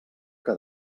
que